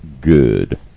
good